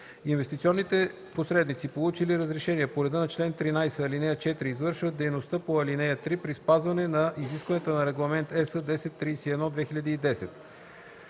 Инвестиционните посредници, получили разрешение по реда на чл. 13, ал. 4, извършват дейността по ал. 3 при спазване изискванията на Регламент (ЕС) № 1031/2010.”